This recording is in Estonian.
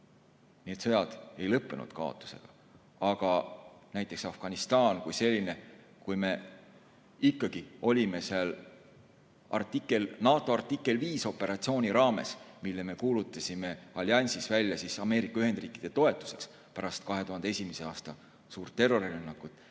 need sõjad meie jaoks kaotusega. Aga näiteks Afganistan kui selline, kui me ikkagi olime seal NATO artikkel 5 operatsiooni raames, mille me kuulutasime alliansis välja Ameerika Ühendriikide toetuseks pärast 2001. aasta suurt terrorirünnakut